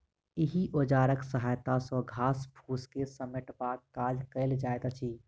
एहि औजारक सहायता सॅ घास फूस के समेटबाक काज कयल जाइत अछि